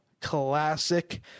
Classic